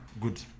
good